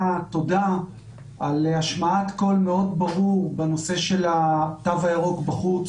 תודה על השמעת קול מאוד ברור בנושא של תו הירוק בחוץ,